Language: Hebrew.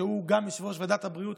שהוא גם יושב-ראש ועדת הבריאות,